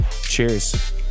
Cheers